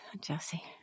Jesse